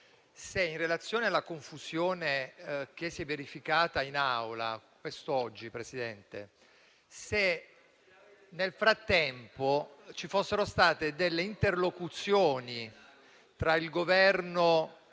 in relazione alla confusione che si è verificata in Aula quest'oggi, se nel frattempo ci sono state delle interlocuzioni tra il Governo